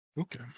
okay